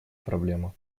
проблему